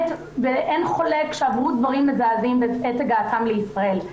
אין חולק שהן עברו דברים מזעזעים בעת הגעתן לישראל.